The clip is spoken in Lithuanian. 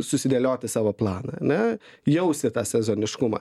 susidėlioti savo planą ane jausti tą sezoniškumą